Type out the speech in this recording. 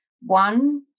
One